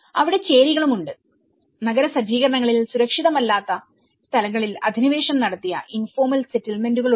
അവിടെ ചേരികളും ഉണ്ട്നഗര സജ്ജീകരണങ്ങളിൽ സുരക്ഷിതമല്ലാത്ത സ്ഥലങ്ങളിൽ അധിനിവേശം നടത്തിയ ഇൻഫോർമൽ സെറ്റിൽമെന്റുകൾ